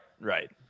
Right